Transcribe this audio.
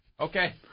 Okay